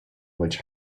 which